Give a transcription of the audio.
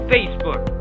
Facebook